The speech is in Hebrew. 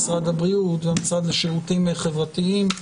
משרד הבריאות והמשרד לשירותים חברתיים.